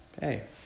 hey